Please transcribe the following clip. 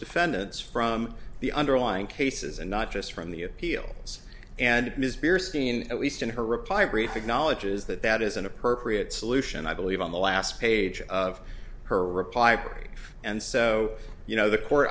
defendants from the underlying cases and not just from the appeal and his peers seen at least in her reply brief acknowledges that that is an appropriate solution i believe on the last page of her reply and so you know the court